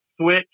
switch